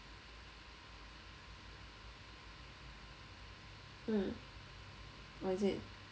mm oh is it